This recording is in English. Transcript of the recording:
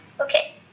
Okay